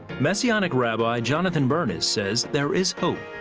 messianic rabbi jonathan ernest says there is hope.